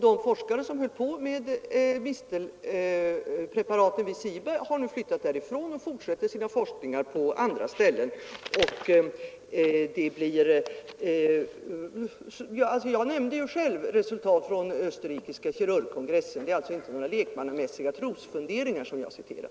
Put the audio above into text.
De forskare som höll på med mistelpreparaten vid CIBA har nu flyttat därifrån och fortsätter sina forskningar på andra ställen. Jag nämnde själv resultat från den österrikiska kirurgkongressen; det är alltså inte några lekmannamässiga trosfunderingar som jag har citerat.